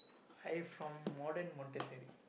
I from modern montessori